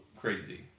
crazy